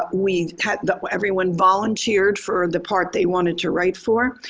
but we had everyone volunteered for the part they wanted to write for.